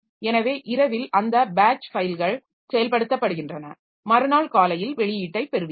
எனவே இரவில் அந்த பேட்ச் ஃபைல்கள் செயல்படுத்தப்படுகின்றன மறுநாள் காலையில் வெளியீட்டைப் பெறுவீர்கள்